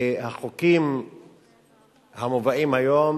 והחוקים המובאים היום